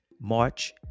March